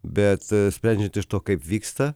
bet sprendžiant iš to kaip vyksta